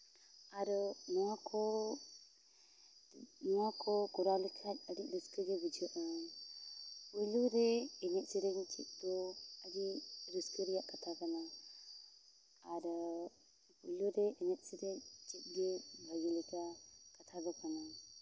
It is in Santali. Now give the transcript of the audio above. ᱟᱨᱚ ᱱᱚᱣᱟ ᱠᱚ ᱱᱚᱣᱟ ᱠᱚ ᱠᱚᱨᱟᱣ ᱞᱮᱠᱷᱟᱡ ᱟᱹᱰᱤ ᱨᱟᱹᱥᱠᱟᱹ ᱜᱮ ᱵᱩᱡᱷᱟᱹᱜᱼᱟ ᱯᱳᱭᱞᱳ ᱨᱮ ᱮᱱᱮᱡᱽ ᱥᱮᱨᱮᱧ ᱪᱮᱫ ᱫᱚ ᱟᱹᱰᱤ ᱨᱟᱹᱥᱠᱟᱹ ᱨᱮᱭᱟᱜ ᱠᱟᱛᱷᱟ ᱠᱟᱱᱟ ᱟᱨ ᱯᱳᱭᱞᱳ ᱨᱮ ᱮᱱᱮᱡ ᱥᱮᱨᱮᱧ ᱪᱮᱫ ᱜᱮ ᱵᱷᱟᱹᱜᱤ ᱞᱮᱠᱟ ᱠᱟᱛᱷᱟ ᱫᱚ ᱠᱟᱱᱟ